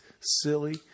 silly